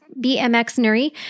BMXNuri